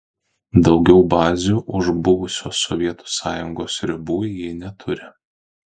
daugiau bazių už buvusios sovietų sąjungos ribų ji neturi